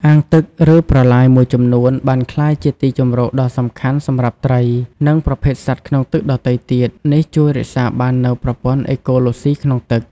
អាងទឹក ឬប្រឡាយមួយចំនួនបានក្លាយជាទីជម្រកដ៏សំខាន់សម្រាប់ត្រី និងប្រភេទសត្វក្នុងទឹកដទៃទៀត នេះជួយរក្សាបាននូវប្រព័ន្ធអេកូឡូស៊ីក្នុងទឹក។